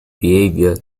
behavior